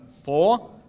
four